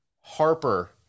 Harper